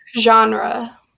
genre